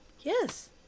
Yes